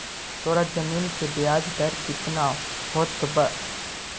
तोर जमीन के ब्याज दर केतना होतवऽ?